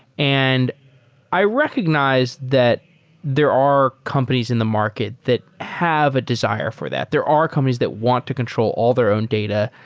and i recognized that there are companies in the market that have a desire for that. there are companies that want to control all their own data,